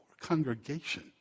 congregation